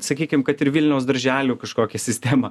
sakykim kad ir vilniaus darželių kažkokią sistemą